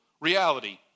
reality